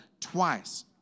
twice